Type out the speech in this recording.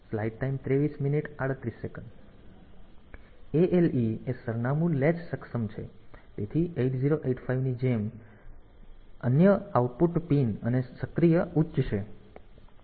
ALE એ સરનામું લેચ સક્ષમ છે તેથી 8085 ની જેમ આ ત્યાં છે અને તેથી તે આઉટપુટ પિન અને સક્રિય ઉચ્ચ છે